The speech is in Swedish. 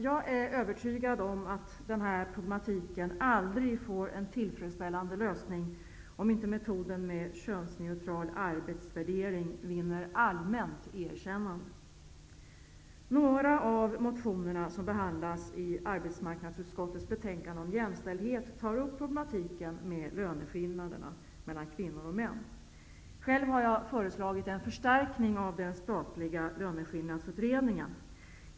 Jag är övertygad om att den här problematiken aldrig får en tillfredsställande lösning, om inte metoden med könsneutral arbetsvärdering vinner allmänt erkännande. Några av motionerna som behandlas i arbetsmarknadsutskottets betänkande om jämställdhet tar upp problematiken med löneskillnaderna mellan kvinnor och män. Själv har jag föreslagit en förstärkning av den statliga löneskillnadsutredningen.